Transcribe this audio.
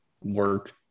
work